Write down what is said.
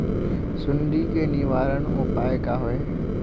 सुंडी के निवारण उपाय का होए?